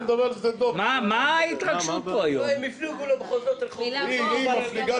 הם הפליגו למחוזות רחוקים.